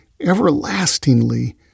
everlastingly